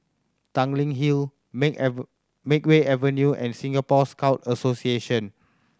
Tanglin Hill Make Makeway Avenue and Singapore Scout Association